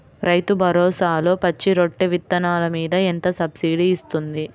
రైతు భరోసాలో పచ్చి రొట్టె విత్తనాలు మీద ఎంత సబ్సిడీ ఇస్తుంది?